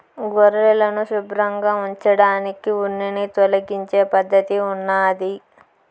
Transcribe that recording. గొర్రెలను శుభ్రంగా ఉంచడానికి ఉన్నిని తొలగించే పద్ధతి ఉన్నాది